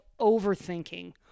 overthinking